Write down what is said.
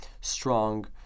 strong